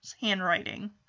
handwriting